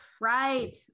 right